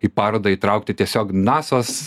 į parodą įtraukti tiesiog nasos